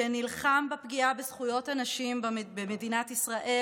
שנלחם בפגיעה בזכויות הנשים במדינת ישראל